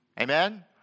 Amen